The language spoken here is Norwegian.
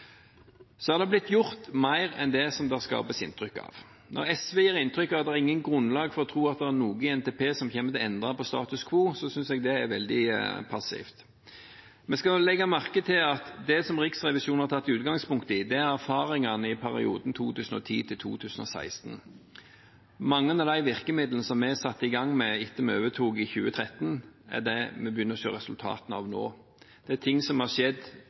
Så er det blitt gjort mer enn det som det skapes inntrykk av. Når SV gir inntrykk av at det ikke er grunnlag for å tro at det er noe i NTP som kommer til å endre på status quo, synes jeg det er veldig passivt. Vi skal også legge merke til at det som Riksrevisjonen har tatt utgangspunkt i, er erfaringene i perioden 2010–2016. Mange av de virkemidlene som vi satte i gang med etter at vi overtok i 2013, er dem vi begynner å se resultatene av nå. Det er ting som har skjedd